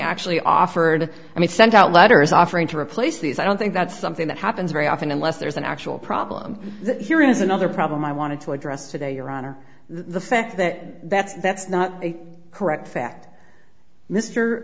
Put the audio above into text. actually offered i mean sent out letters offering to replace these i don't think that's something that happens very often unless there's an actual problem that here is another problem i wanted to address today your honor the fact that that's that's not correct fact m